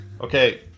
Okay